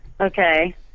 Okay